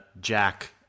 Jack